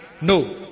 No